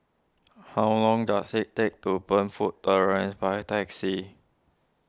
how long does it take to Burnfoot Terrace by taxi